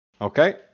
Okay